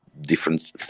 different